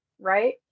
right